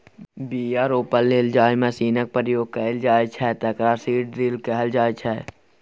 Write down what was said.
बीया रोपय लेल जाहि मशीनक प्रयोग कएल जाइ छै तकरा सीड ड्रील कहल जाइ छै